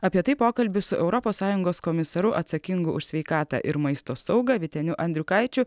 apie tai pokalbis su europos sąjungos komisaru atsakingu už sveikatą ir maisto saugą vyteniu andriukaičiu